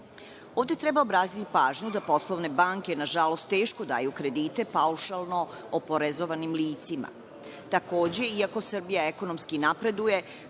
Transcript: treba obratiti pažnju da poslovne banke nažalost teško daju kredite paušalno oporezovanim licima.